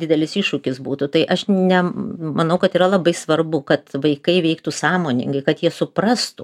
didelis iššūkis būtų tai aš ne manau kad yra labai svarbu kad vaikai vyktų sąmoningai kad jie suprastų